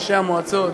ראשי המועצות,